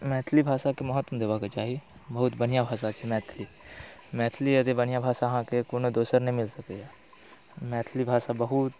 मैथिली भाषाके महत्व देबयके चाही बहुत बढ़िआँ भाषा छै मैथिली मैथिली जतेक बढ़िआँ भाषा अहाँके कोनो दोसर नहि मिल सकैए मैथिली भाषा बहुत